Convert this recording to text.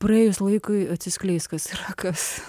praėjus laikui atsiskleis kas yra kas